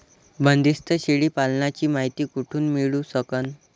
बंदीस्त शेळी पालनाची मायती कुठून मिळू सकन?